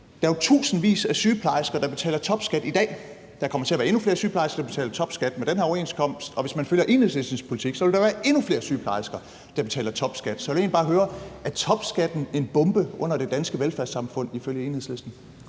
Der er jo tusindvis af sygeplejersker, der betaler topskat i dag, og der kommer til at være endnu flere sygeplejersker, der betaler topskat med den her overenskomst, og hvis man følger Enhedslistens politik, vil der være endnu flere sygeplejersker, der betaler topskat. Så jeg vil egentlig bare høre: Er topskatten en bombe under det danske velfærdssamfund ifølge Enhedslisten?